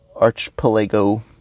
Archipelago